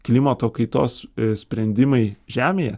klimato kaitos sprendimai žemėje